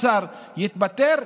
אותו לפטר,